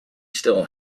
still